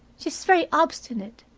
she's very obstinate,